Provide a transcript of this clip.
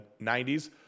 90s